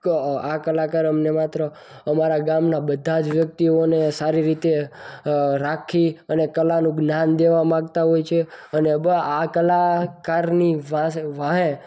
આ કલાકાર અમને માત્ર ગામના બધા જ વ્યક્તિઓને સારી રીતે રાખી અને કલાનું જ્ઞાન દેવા માગતા હોય છે અને આ કલાકારની પાસે વાંહે